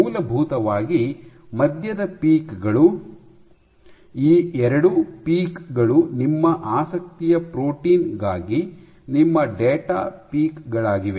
ಮೂಲಭೂತವಾಗಿ ಮಧ್ಯದ ಪೀಕ್ ಗಳು ಈ ಎರಡು ಪೀಕ್ ಗಳು ನಿಮ್ಮ ಆಸಕ್ತಿಯ ಪ್ರೋಟೀನ್ ಗಾಗಿ ನಿಮ್ಮ ಡೇಟಾ ಪೀಕ್ ಗಳಾಗಿವೆ